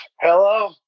hello